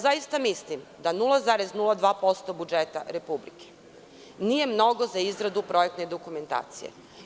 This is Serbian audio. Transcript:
Zaista mislim da 0,02% budžeta Republike nije mnogo za izradu projektne dokumentacije.